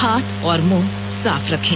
हाथ और मुंह साफ रखें